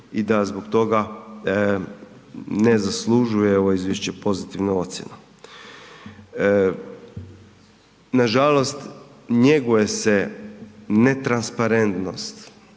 i zbog toga ne zaslužuje ovo izvješće pozitivnu ocjenu. Nažalost njeguje se netransparentnost,